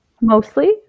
Mostly